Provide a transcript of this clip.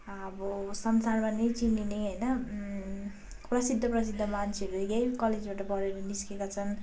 अब संसारमा नै चिनिने होइन प्रसिद्ध प्रसिद्ध मान्छेहरू यहीँ कलेजबाट पढेर निस्केका छन्